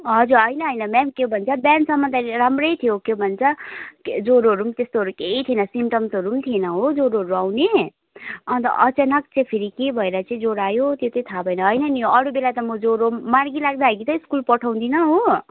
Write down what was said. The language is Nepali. हजुर होइन होइन म्याम के भन्छ बिहानसम्म त राम्रै थियो के भन्छ ज्वरोहरू पनि त्यस्तोहरू केही थिएन सिम्टम्सहरू पनि थिएन हो ज्वरोहरू आउने अन्त अचानक चाहिँ फेरि के भएर चाहिँ ज्वरो आयो त्यो चाहिँ थाहा भएन होइन नि अरू बेला त मो ज्वरो मार्की लाग्दाखेरि त स्कुल पठाउँदिनँ हो